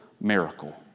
Miracle